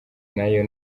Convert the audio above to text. nayo